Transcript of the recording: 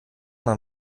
man